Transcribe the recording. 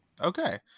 Okay